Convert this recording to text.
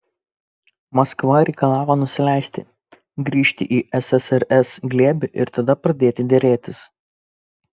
maskva reikalavo nusileisti grįžti į ssrs glėbį ir tada pradėti derėtis